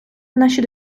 наші